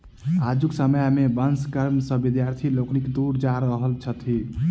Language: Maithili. आजुक समय मे वंश कर्म सॅ विद्यार्थी लोकनि दूर जा रहल छथि